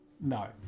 No